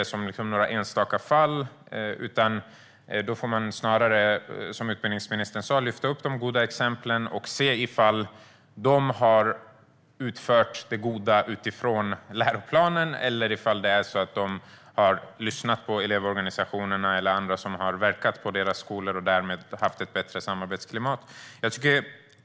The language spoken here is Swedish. Det kan man inte se som några enstaka fall, utan då får man snarare, som utbildningsministern sa, lyfta upp de goda exemplen och se om de har utfört det goda utifrån läroplanen eller om de har lyssnat på elevorganisationerna eller andra som har verkat på deras skolor och därmed haft ett bättre samarbetsklimat.